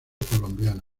colombiano